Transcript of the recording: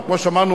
אבל כמו שאמרנו,